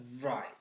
Right